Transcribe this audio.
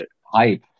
hype